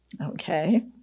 Okay